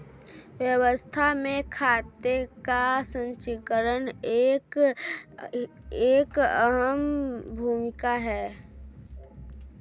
व्यवसाय में खाते का संचीकरण की एक अहम भूमिका है